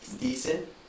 decent